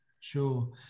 Sure